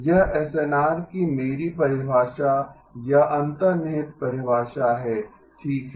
यह एसएनआर की मेरी परिभाषा या अंतर्निहित परिभाषा है ठीक है